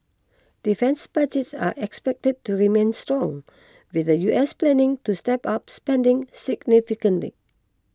defence budgets are expected to remain strong with the U S planning to step up spending significantly